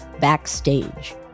Backstage